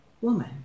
Woman